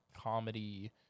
comedy